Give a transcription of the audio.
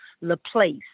Laplace